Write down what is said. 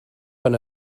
pan